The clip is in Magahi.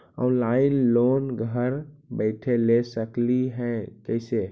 ऑनलाइन लोन घर बैठे ले सकली हे, कैसे?